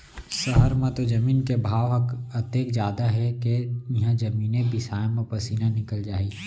सहर म तो जमीन के भाव ह अतेक जादा हे के इहॉं जमीने बिसाय म पसीना निकल जाही